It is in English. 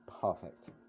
perfect